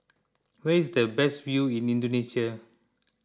where is the best view in Indonesia